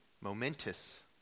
momentous